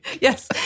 yes